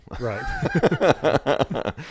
Right